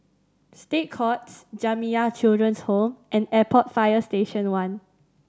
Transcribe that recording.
State Courts Jamiyah Children's Home and Airport Fire Station One